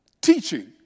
teaching